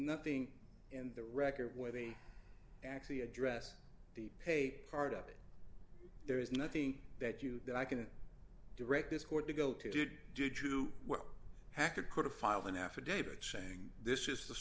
nothing in the record where they actually address the pay part of it there is nothing that you that i can direct this court to go to did did you hack a could have filed an affidavit saying this is the